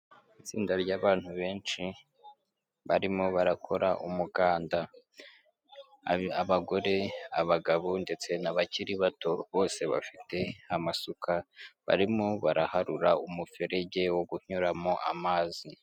Itsinda ry'abantu benshi barimo barakora umuganda abagore, abagabo ndetse n'abakiri bato, bose bafite amasuka, barimo baraharura umuferege wo kunyuramo amazi.